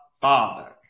Father